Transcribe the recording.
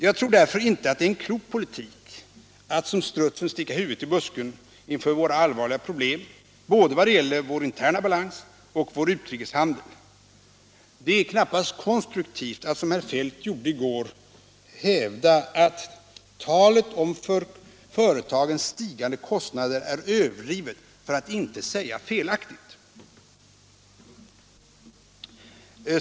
Jag tror därför inte att det är en klok politik att som strutsen sticka huvudet i busken inför våra allvarliga problem, vad gäller både vår interna balans och vår utrikeshandel. Det är knappast konstruktivt att som herr Feldt i går hävda att ”talet om företagens stigande kostnader är överdrivet, för att inte säga felaktigt”.